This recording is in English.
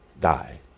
die